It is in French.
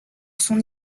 son